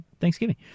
Thanksgiving